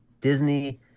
Disney